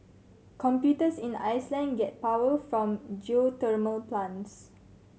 computers in Iceland get power from geothermal plants